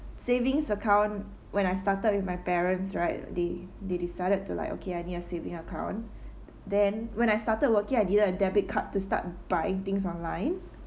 savings account when I started with my parents right they they decided to like okay I need a saving account then when I started working I didn't have debit card to start buying things online